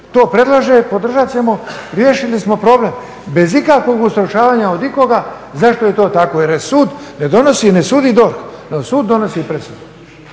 to predlože, podržat ćemo, riješili smo problem. Bez ikakvog ustručavanja od ikoga zašto je to tako. Jer sud ne donosi, ne sudi DORH nego sud donosi presudu.